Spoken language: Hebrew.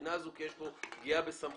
הבחינה הזו כי יש כאן פגיעה בסמכות